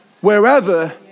wherever